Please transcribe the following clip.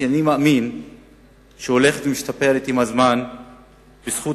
שאני מאמין שהולכת ומשתפרת עם הזמן בזכות